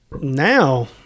Now